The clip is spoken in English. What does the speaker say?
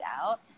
out